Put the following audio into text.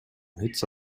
hitze